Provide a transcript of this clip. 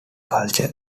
culture